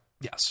Yes